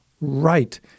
right